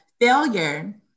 failure